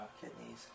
Kidneys